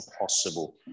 impossible